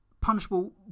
punishable